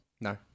No